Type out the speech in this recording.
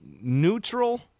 Neutral